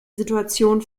situation